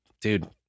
dude